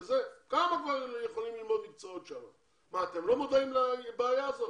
אתם לא מודעים לבעיה הזאת.